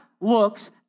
looks